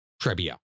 Trebia